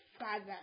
father